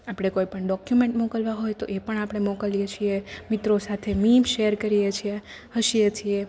આપણે કોઈપણ ડોક્યુમેન્ટ મોકલવાં હોય તો એ પણ આપણે મોકલીએ છીએ મિત્રો સાથે મિમ શેર કરીએ છીએ હસીએ છીએ